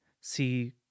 see